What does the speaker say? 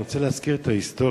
אני רוצה להזכיר את ההיסטוריה.